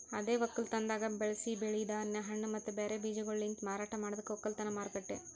ಅದೇ ಒಕ್ಕಲತನದಾಗ್ ಬೆಳಸಿ ಬೆಳಿ, ಧಾನ್ಯ, ಹಣ್ಣ ಮತ್ತ ಬ್ಯಾರೆ ಬೀಜಗೊಳಲಿಂತ್ ಮಾರಾಟ ಮಾಡದಕ್ ಒಕ್ಕಲತನ ಮಾರುಕಟ್ಟೆ